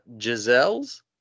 Giselle's